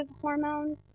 hormones